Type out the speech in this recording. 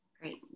Great